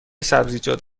سبزیجات